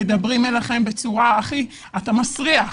אומרים לכם אתה מסריח,